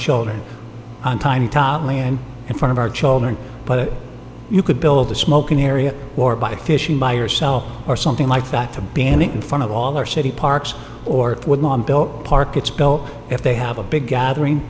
children on tiny tot land in front of our children but you could build a smoking area or by fishing by yourself or something like that to ban it in front of all our city parks or it would lawn built park it's go if they have a big gathering